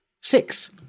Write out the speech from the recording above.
Six